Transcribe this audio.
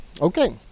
Okay